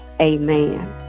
amen